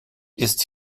ist